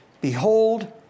Behold